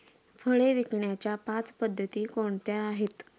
फळे विकण्याच्या पाच पद्धती कोणत्या आहेत?